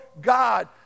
God